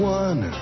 one